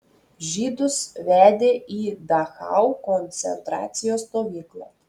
žydus vedė į dachau koncentracijos stovyklą